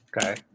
Okay